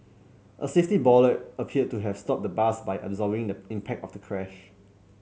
a safety bollard appeared to have stopped the bus by absorbing the impact of the crash